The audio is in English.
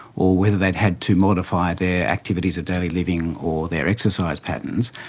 or whether they had had to modify their activities of daily living or their exercise patterns,